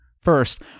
First